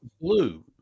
blue